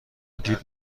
دید